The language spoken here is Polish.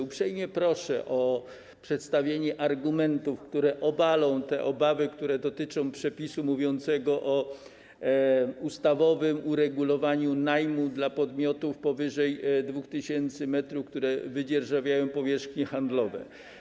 Uprzejmie proszę o przedstawienie argumentów, które obalą obawy dotyczące przepisu mówiącego o ustawowym uregulowaniu najmu dla podmiotów powyżej 2 tys. m, które wydzierżawiają powierzchnie handlowe.